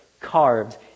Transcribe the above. carved